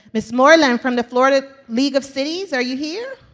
ms. moreland from the florida league of cities, are you here?